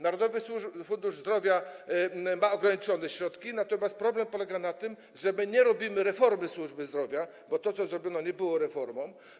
Narodowy Fundusz Zdrowia ma ograniczone środki, natomiast problem polega na tym, że my nie przeprowadzamy reformy służby zdrowia, bo to, co zrobiono, nie było reformą.